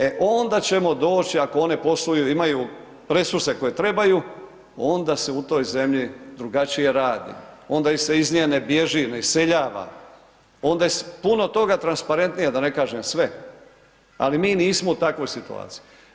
E onda ćemo doći ako one posluju, imaju resurse koje trebaju, onda se u toj zemlji drugačije radi, onda se iz nje ne bježi, ne iseljava, onda je puno toga transparentnije, da ne kažem sve, ali mi nismo u takvoj situaciji.